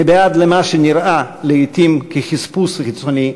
מבעד למה שנראה לעתים כחספוס חיצוני,